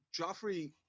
joffrey